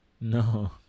No